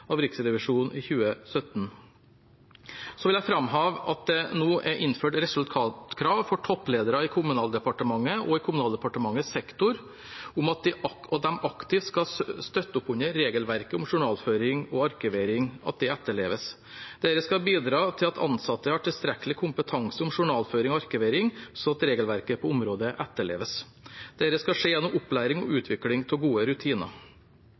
av Riksrevisjonen i 2017. Jeg vil framheve at det nå er innført resultatkrav for toppledere i Kommunaldepartementet og i Kommunaldepartementets sektor om at de aktivt skal støtte oppunder at regelverket om journalføring og arkivering etterleves. Dette skal bidra til at ansatte har tilstrekkelig kompetanse om journalføring og arkivering, slik at regelverket på området etterleves. Dette skal skje gjennom opplæring og utvikling av gode rutiner.